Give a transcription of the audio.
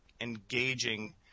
engaging